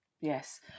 Yes